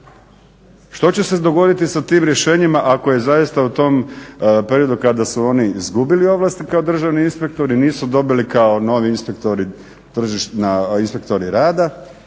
Što će se dogoditi sa tim rješenjima ako je zaista u tom periodu kada su oni izgubili ovlasti kao državni inspektori nisu dobili kao novi inspektori rada. Ja ne znam da